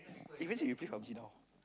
eh you play Pub-G not